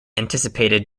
anticipated